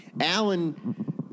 Alan